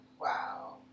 wow